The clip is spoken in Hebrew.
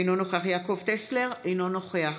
אינו נוכח יעקב טסלר, אינו נוכח